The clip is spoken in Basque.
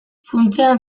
funtsean